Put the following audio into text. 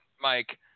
Mike